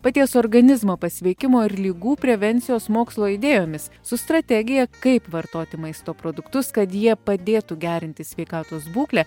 paties organizmo pasveikimo ir ligų prevencijos mokslo idėjomis su strategija kaip vartoti maisto produktus kad jie padėtų gerinti sveikatos būklę